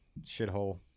shithole